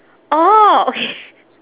orh okay